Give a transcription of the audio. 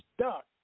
stuck